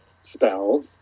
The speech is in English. spell